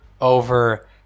over